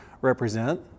represent